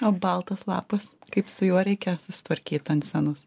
o baltas lapas kaip su juo reikia susitvarkyt ant scenos